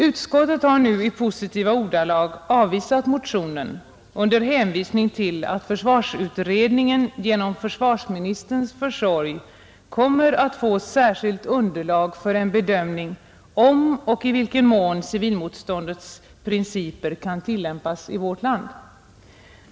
Utskottet har nu i positiva ordalag avvisat motionen under hänvisning till att försvarsutredningen genom försvarsministerns försorg kommer att få särskilt underlag för en bedömning av frågan om och i vilken mån civilmotståndets principer kan tillämpas i vårt land.